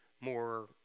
more